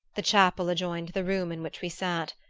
the chapel adjoined the room in which we sat.